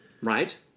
Right